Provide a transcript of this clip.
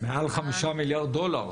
מעל 5 מיליארד דולר.